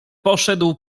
poszedł